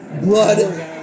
Blood